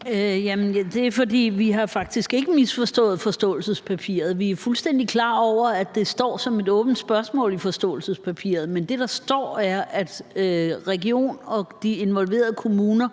Kl. 18:09 Jette Gottlieb (EL): Det er, fordi vi faktisk ikke har misforstået forståelsespapiret. Vi er fuldstændig klar over, at det står som et åbent spørgsmål i forståelsespapiret. Men det, der står, er, at regionen og de involverede kommuner